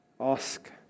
Ask